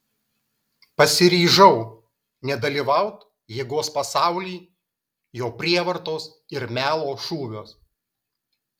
pasiryžau nedalyvaut jėgos pasauly jo prievartos ir melo šūviuos